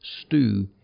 stew